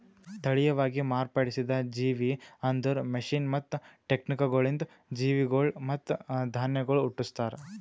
ತಳಿಯವಾಗಿ ಮಾರ್ಪಡಿಸಿದ ಜೇವಿ ಅಂದುರ್ ಮಷೀನ್ ಮತ್ತ ಟೆಕ್ನಿಕಗೊಳಿಂದ್ ಜೀವಿಗೊಳ್ ಮತ್ತ ಧಾನ್ಯಗೊಳ್ ಹುಟ್ಟುಸ್ತಾರ್